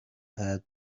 had